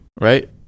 Right